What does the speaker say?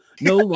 no